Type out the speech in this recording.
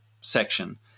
section